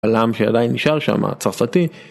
עולם שעדיין נשאר שם צרפתי.